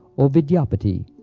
or vidyapati.